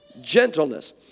Gentleness